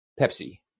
Pepsi